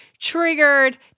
triggered